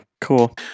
Cool